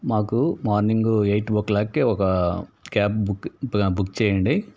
మాకు morning eight ఓ క్లాక్కి ఒక క్యాబ్ బుక్ బుక్ చేయండి